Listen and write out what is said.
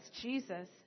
Jesus